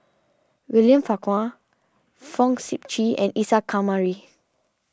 William Farquhar Fong Sip Chee and Isa Kamari